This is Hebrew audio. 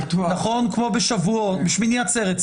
כמו בשמיני עצרת,